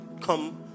come